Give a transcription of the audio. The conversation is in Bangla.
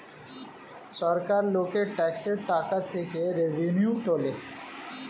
সরকার লোকের ট্যাক্সের টাকা থেকে রেভিনিউ তোলে